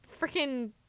freaking